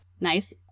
Nice